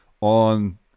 on